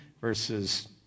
verses